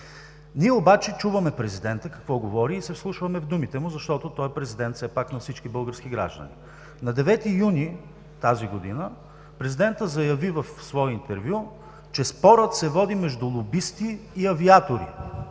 Ние обаче чуваме какво говори президентът и се вслушваме в думите му, защото е президент на всички български граждани. На 9 юни тази година президентът заяви в свое интервю, че спорът се води между лобисти и авиатори.